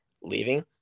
leaving